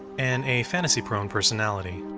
and a fantasy prone personality.